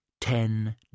ten